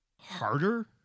harder